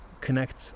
connect